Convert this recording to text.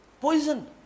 poison